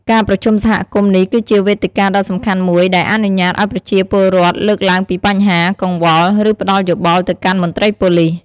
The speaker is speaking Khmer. ការប្រជុំសហគមន៍នេះគឺជាវេទិកាដ៏សំខាន់មួយដែល អនុញ្ញាតឱ្យប្រជាពលរដ្ឋលើកឡើងពីបញ្ហា កង្វល់ ឬផ្តល់យោបល់ទៅកាន់មន្ត្រីប៉ូលិស។